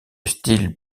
style